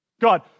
God